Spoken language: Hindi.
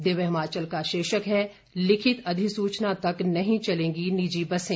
दिव्य हिमाचल का शीर्षक है लिखित अधिसूचना तक नहीं चलेंगी निजी बसें